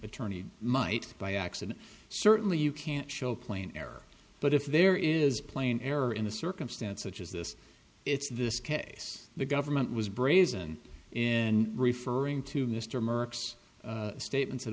attorney might by accident certainly you can't show plain error but if there is plain error in a circumstance such as this it's this case the government was brazen in referring to mr murdoch's statements